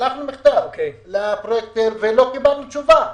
שלחנו מכתב לפרויקטור ולא קיבלנו תשובה.